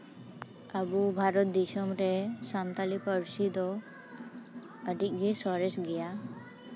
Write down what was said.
ᱟᱵᱚ ᱵᱷᱟᱨᱚᱛ ᱫᱤᱥᱚᱢ ᱨᱮ ᱥᱟᱱᱛᱟᱲᱤ ᱯᱟᱹᱨᱥᱤ ᱫᱚ ᱟᱹᱰᱤᱜᱮ ᱥᱚᱨᱮᱥ ᱜᱮᱭᱟ